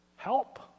help